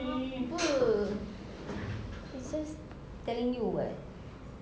apa it's just telling you [what]